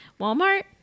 Walmart